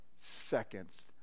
seconds